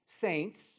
saints